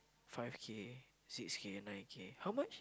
five K six K nine K how much